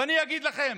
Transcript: ואני אגיד לכם,